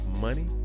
money